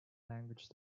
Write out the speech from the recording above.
language